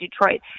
Detroit